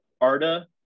Arda